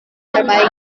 diperbaiki